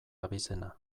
abizena